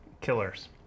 killers